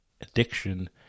addiction